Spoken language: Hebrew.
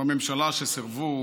בממשלה שסירבו